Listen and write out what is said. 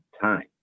time